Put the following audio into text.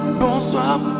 Bonsoir